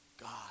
God